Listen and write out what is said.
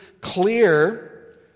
clear